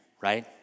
right